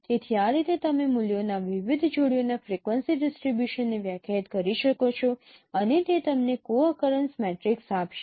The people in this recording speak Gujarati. તેથી આ રીતે તમે મૂલ્યોના વિવિધ જોડીઓના ફ્રિક્વન્સી ડિસ્ટ્રિબ્યુશનને વ્યાખ્યાયિત કરી શકો છો અને તે તમને કો અકરેન્સ મેટ્રિક્સ આપશે